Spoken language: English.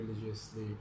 religiously